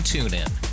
TuneIn